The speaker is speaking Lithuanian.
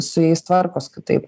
su jais tvarkosi kitaip